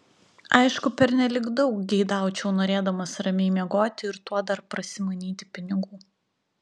aišku pernelyg daug geidaučiau norėdamas ramiai miegoti ir tuo dar prasimanyti pinigų